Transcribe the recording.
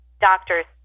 doctors